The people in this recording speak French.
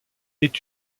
est